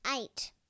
eight